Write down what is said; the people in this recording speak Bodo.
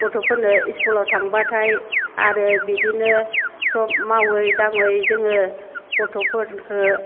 गथ'फोरनो इस्कुलाव थांब्लाथाय आरो बिदिनो सब मावै दाङै जोङो गथ'फोरखो